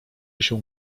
się